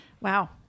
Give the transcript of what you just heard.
Wow